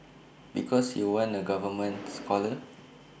because you weren't A government scholar